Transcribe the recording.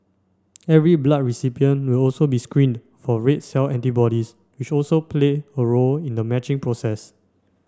every blood recipient will also be screened for red cell antibodies which also play a role in the matching process